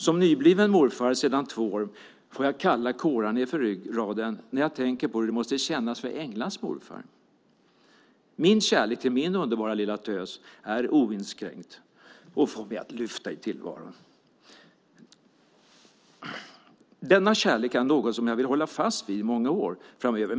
Som nybliven morfar sedan två år får jag kalla kårar nedför ryggraden när jag tänker på hur det måste kännas för Englas morfar. Min kärlek till min underbara lilla tös är oinskränkt och får mig att lyfta i tillvaron. Denna kärlek är något som jag vill hålla fast vid i många år framöver.